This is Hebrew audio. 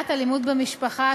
למניעת אלימות במשפחה,